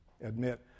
admit